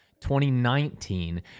2019